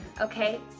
okay